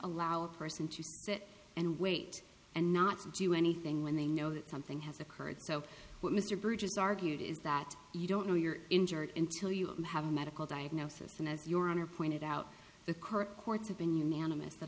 allow a person to sit and wait and not do anything when they know that something has occurred so what mr bridges argued is that you don't know you're injured until you have a medical diagnosis and as your honor pointed out the court courts have been unanimous